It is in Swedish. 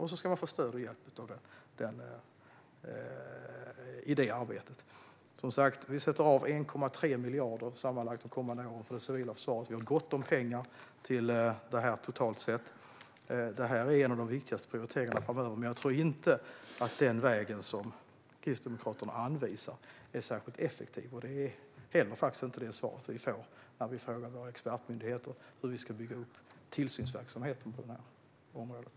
Man ska få stöd och hjälp i det arbetet. Som sagt sätter vi de kommande åren av sammanlagt 1,3 miljarder för det civila försvaret. Vi har gott om pengar till detta totalt sett. Detta är en av de viktigaste prioriteringarna framöver. Men jag tror inte att den väg som Kristdemokraterna anvisar är särskilt effektiv, och det är också det svar vi får när vi frågar våra expertmyndigheter hur vi ska bygga upp tillsynsverksamheten på det här området.